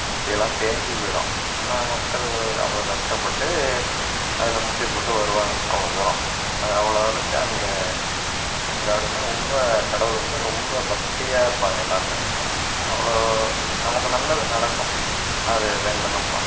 முட்டியெல்லாம் தேஞ்சு போய்டும் ஆனால் மக்கள் அவ்வளோ கஷ்டப்பட்டு அதில் முட்டி போட்டு வருவாங்க அவ்வளோ தூரம் அது அவ்வளோ அளவுக்கு அந்த காட் வந்து ரொம்ப கடவுள் வந்து ரொம்ப பக்தியாக இருப்பாங்க எல்லாருமே அவ்வளோ நமக்கு நல்லது நடக்கும் அது வேண்டினம்ன்னா